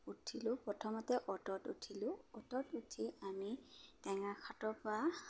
উঠিলোঁ প্ৰথমতে অ'টত উঠিলোঁ অ'টত উঠি আমি টেঙাখাটৰপৰা